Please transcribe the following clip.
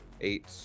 eight